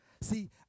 See